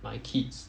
my kids